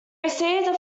received